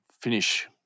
finish